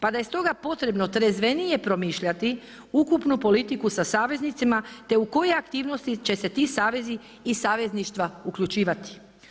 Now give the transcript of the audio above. Pa da je stoga potrebno trezvenije promišljati ukupnu politiku sa saveznicima te u koje aktivnosti će se ti savezi i savezništva uključivati.